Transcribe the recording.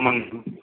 ஆமாங்க மேடம்